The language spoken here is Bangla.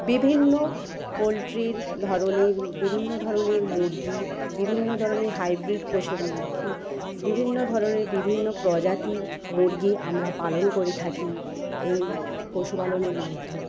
বিভিন্ন পোলট্রির ধরণের বিভিন্ন ধরণের মুরগি বিভিন্ন ধরণের হাইব্রিড মুরগি বিভিন্ন ধরণের বিভিন্ন প্রজাতির মুরগি আমরা পালন করে থাকি এই পশুপালনের মধ্যে